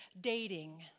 dating